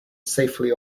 safely